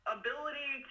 ability